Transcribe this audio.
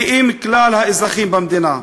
כי אם כלל האזרחים במדינה.